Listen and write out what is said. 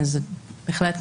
אז בהחלט,